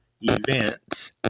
events